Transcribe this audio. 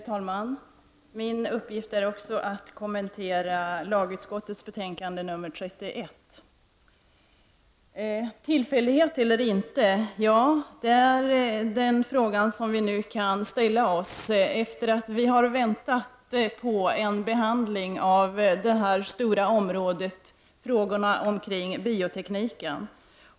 Herr talman! Min uppgift är också att kommentera lagutskottets betänkande 31. Tillfällighet eller inte? Det är den fråga som vi nu ställer oss efter att vi har väntat på en behandling av detta stora område, dvs. frågorna kring biotekniken.